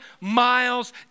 miles